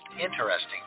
interesting